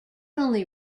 only